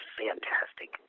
fantastic